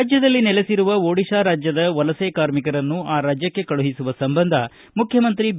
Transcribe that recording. ರಾಜ್ವದಲ್ಲಿ ನೆಲೆಸಿರುವ ಓಡಿಶಾ ರಾಜ್ವದ ವಲಸೆ ಕಾರ್ಮಿಕರನ್ನು ಆ ರಾಜ್ವಕ್ಕೆ ಕಳುಹಿಸುವ ಸಂಬಂಧ ಮುಖ್ಯಮಂತ್ರಿ ಬಿ